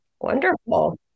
Wonderful